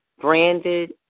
branded